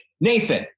Nathan